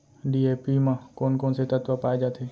DAP म कोन कोन से तत्व पाए जाथे?